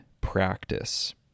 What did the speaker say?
practice